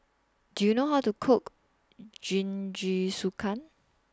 Do YOU know How to Cook Jingisukan